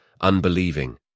unbelieving